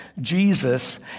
Jesus